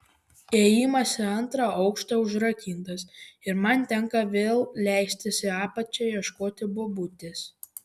įėjimas į antrą aukštą užrakintas ir man tenka vėl leistis į apačią ieškoti bobutės